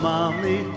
Mommy